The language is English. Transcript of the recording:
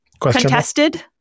contested